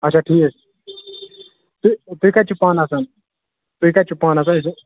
اچھا ٹھیٖک تہٕ تُہۍ کتہِ چھِو پانہٕ آسان تُہۍ کتہِ چھُو پانہٕ آسان